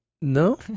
no